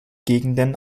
gegenden